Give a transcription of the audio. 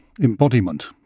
embodiment